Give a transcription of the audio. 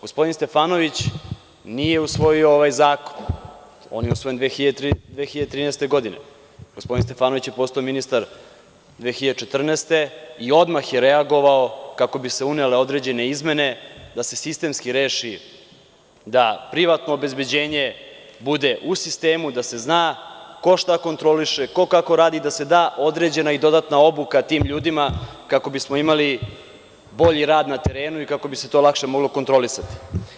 Gospodin Stefanović nije usvojio ovaj zakon, on je usvojen 2013. godine, a gospodin Stefanović je postao ministar 2014. godine i odmah je reagovao kako bi se unele određene izmene da se sistemski reši da privatno obezbeđenje bude u sistemu, da se zna ko šta kontroliše, ko kako radi i da se da određena i dodatna obuka tim ljudima kako bismo imali bolji rad na terenu i kako bi se to lakše moglo kontrolisati.